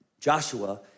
Joshua